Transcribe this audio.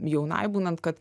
jaunai būnant kad